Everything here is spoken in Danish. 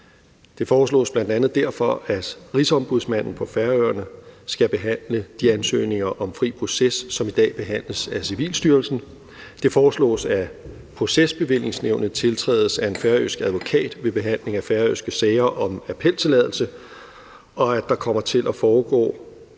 Det foreslås bl.a. derfor, at Rigsombudsmanden på Færøerne skal behandle de ansøgninger om fri proces, som i dag behandles af Civilstyrelsen. Det foreslås, at Procesbevillingsnævnet tiltrædes af en færøsk advokat ved behandling af færøske sager om appeltilladelse, og at det kommer til at fremgå